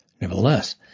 Nevertheless